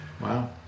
Wow